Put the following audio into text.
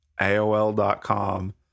aol.com